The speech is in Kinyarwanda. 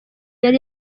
yari